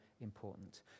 important